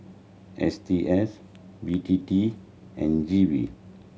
S T S B T T and G V